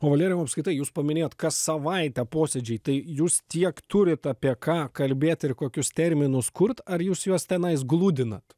o valerijau o apskritai jūs paminėjot kas savaitę posėdžiai tai jūs tiek turit apie ką kalbėt ir kokius terminus kurt ar jūs juos tenais gludinat